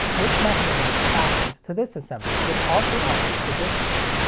this mechanism is fastened to this assembly, which also operates the disc tray.